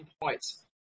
points